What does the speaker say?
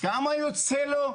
כמה יוצא לו?